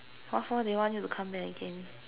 what for they want you to come back again